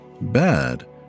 bad